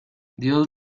dios